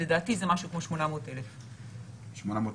לדעתי, זה משהו כמו 800,000. 800,000?